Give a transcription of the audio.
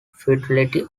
fidelity